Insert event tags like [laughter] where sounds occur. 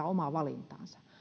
[unintelligible] omaa valintaansa